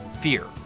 fear